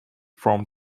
from